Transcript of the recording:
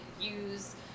use